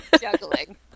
Juggling